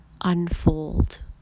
unfold